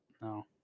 No